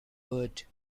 would